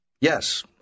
Yes